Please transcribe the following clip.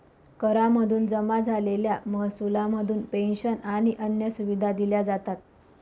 करा मधून जमा झालेल्या महसुला मधून पेंशन आणि अन्य सुविधा दिल्या जातात